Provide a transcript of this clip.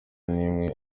n’imwe